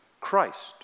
Christ